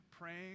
praying